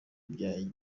bya